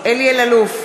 אלי אלאלוף,